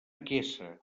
quesa